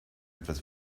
etwas